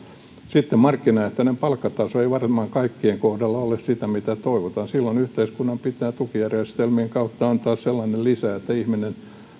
sitten markkinaehtoinen palkkataso ei varmaan kaikkien kohdalla ole sitä mitä toivotaan silloin yhteiskunnan pitää tukijärjestelmien kautta antaa sellainen lisä että ihminen